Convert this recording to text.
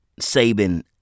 Saban